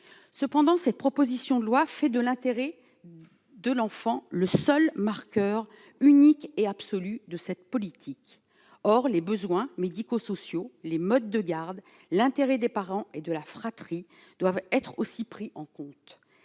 cependant cette proposition de loi fait de l'intérêt de l'enfant, le seul marqueur unique et absolu de cette politique, or les besoins médicaux sociaux les modes de garde l'intérêt des parents et de la fratrie doivent être aussi pris en compte